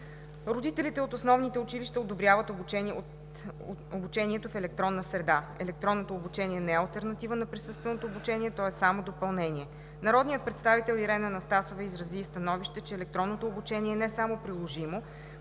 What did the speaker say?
Родителите от основните училища одобряват обучението в електронна среда. Електронното обучение не е алтернатива на присъственото обучение, то е само допълнение. Народният представител Ирена Анастасова изказа мнение, че електронното обучение е не само приложимо,